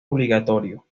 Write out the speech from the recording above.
obligatorio